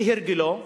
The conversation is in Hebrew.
כהרגלו,